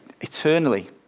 Eternally